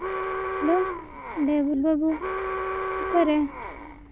hello driver ᱵᱟᱹᱵᱩ ᱚᱠᱟᱨᱮ